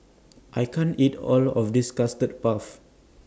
I can't eat All of This Custard Puff